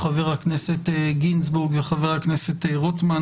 חבר הכנסת גינזבורג וחבר הכנסת רוטמן,